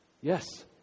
Yes